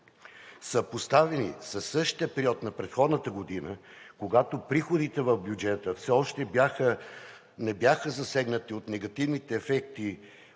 Съпоставени със същия период на предходната година, когато приходите в бюджета все още не бяха засегнати от негативните ефекти